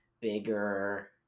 bigger